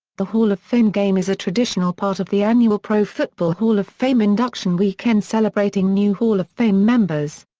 the hall of fame game is a traditional part of the annual pro football hall of fame induction weekend celebrating new hall of fame members.